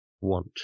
want